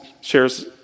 shares